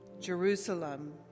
Jerusalem